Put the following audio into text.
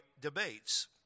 debates